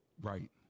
Right